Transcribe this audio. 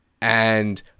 and-